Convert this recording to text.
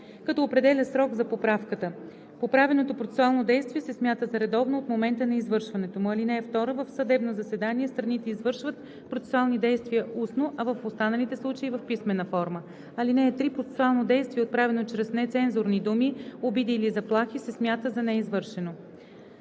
като определя срок за поправката. Поправеното процесуално действие се смята за редовно от момента на извършването му. (2) В съдебно заседание страните извършват процесуални действия устно, а в останалите случаи – в писмена форма. (3) Процесуално действие, отправено чрез нецензурни думи, обиди или заплахи, се смята за неизвършено.“